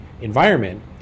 environment